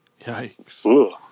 Yikes